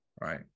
Right